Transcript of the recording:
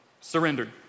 surrendered